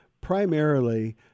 primarily